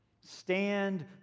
Stand